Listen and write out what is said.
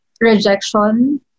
rejection